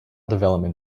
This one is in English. development